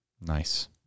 Nice